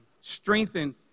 Strengthen